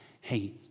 hey